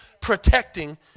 protecting